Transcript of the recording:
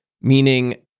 meaning